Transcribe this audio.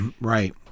Right